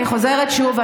אני חוזרת שוב,